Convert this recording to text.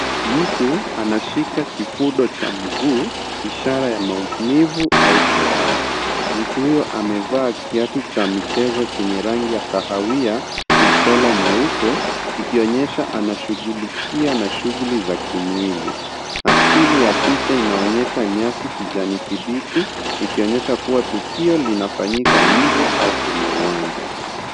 Mtu anashika kifundo cha mguu, ishara ya maumivu au jeraha. Mtu huyo amevaa kiatu cha michezo chenye rangi ya kahawia na sola nyeupe, ikionyesha anashughulikia na shughuli za kimwili. Asili ya picha inaonyesha nyasi kijani kibichi ikionyesha kuwa tukio linafanyika nje au kwenye uwanja.